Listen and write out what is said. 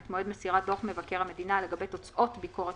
את מועד מסירת דוח מבקר המדינה לגבי תוצאות ביקורת